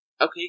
Okay